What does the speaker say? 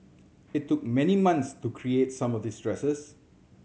it took many months to create some of these dresses